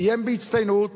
סיים בהצטיינות,